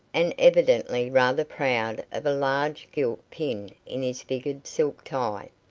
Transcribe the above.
and evidently rather proud of a large gilt pin in his figured silk tie.